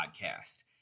podcast